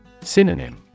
Synonym